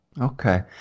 Okay